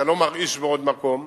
אתה לא מרעיש בעוד מקום,